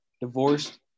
divorced